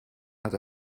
hat